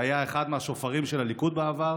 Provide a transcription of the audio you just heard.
שהיה אחד מהשופרות של הליכוד בעבר